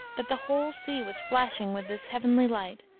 that the whole sea was flashing with this heavenly light,